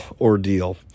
ordeal